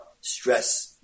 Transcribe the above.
stress